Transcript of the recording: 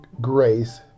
grace